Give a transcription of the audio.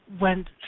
went